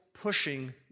pushing